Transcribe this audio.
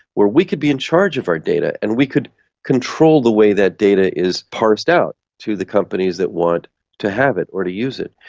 where we could be in charge of our data and we could control the way that data is passed out to the companies that want to have it or to use it.